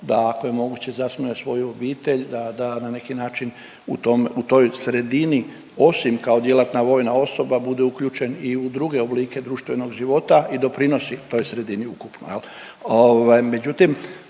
da ako je moguće, zasnuje svoju obitelj, da na neki način u tom, u toj sredini, osim kao djelatna vojna osoba bude uključen i u druge oblike društvenog života i doprinosi toj sredini ukupno,